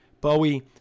Bowie